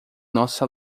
nossa